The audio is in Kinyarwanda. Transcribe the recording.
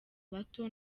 bato